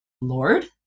Lord